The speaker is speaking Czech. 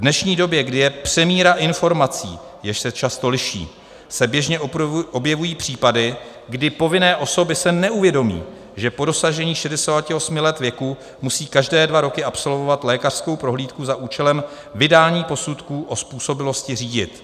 V dnešní době, kdy je přemíra informací, jež se často liší, se běžně objevují případy, kdy povinné osoby si neuvědomí, že po dosažení 68 let věku musí každé dva roky absolvovat lékařskou prohlídku za účelem vydání posudku o způsobilosti řídit.